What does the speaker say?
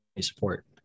support